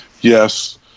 Yes